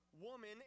Woman